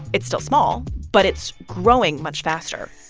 it's still small, but it's growing much faster